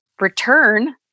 return